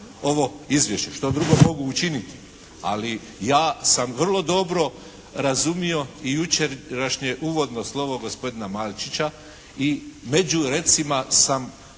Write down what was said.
ovo izvješće. Što drugo mogu učiniti. Ali ja sam vrlo dobro razumio i jučerašnje uvodno slovo gospodina Malčića i među recima sam